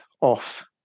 off